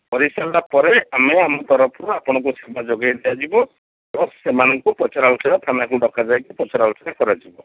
କରେଇ ସରିଲା ପରେ ଆମେ ଆମ ତରଫୁର ଆପଣଙ୍କୁ ସେବା ଯୋଗାଇ ଦିଆଯିବ ପ୍ଲସ୍ ସେମାନଙ୍କୁ ପଚରା ଉଚରା ଥାନାକୁ ଡକାଯାଇକି ପଚରା ଉଚରା କରାଯିବ